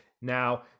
Now